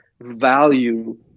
value